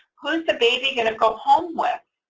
who's the baby going to go home with?